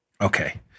Okay